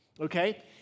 Okay